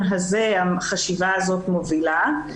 מה שהחשיבה הזאת מובילה.